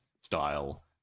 style